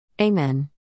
Amen